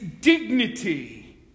dignity